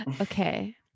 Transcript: Okay